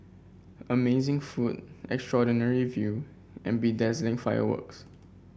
amazing food extraordinary view and bedazzling fireworks